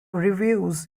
reviews